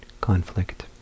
conflict